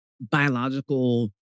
biological